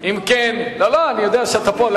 אני יודע שאתה פה.